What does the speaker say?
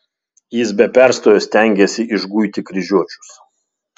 jis be perstojo stengėsi išguiti kryžiuočius